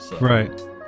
right